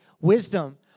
wisdom